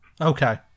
Okay